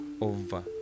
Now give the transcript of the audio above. over